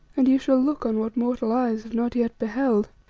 and ye shall look on what mortal eyes have not yet beheld.